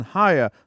higher